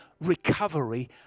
recovery